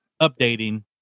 updating